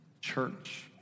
church